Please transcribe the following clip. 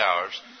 hours